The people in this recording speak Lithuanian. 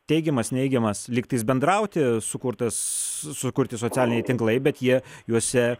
teigiamas neigiamas lygtais bendrauti sukurtas sukurti socialiniai tinklai bet jie juose